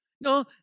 No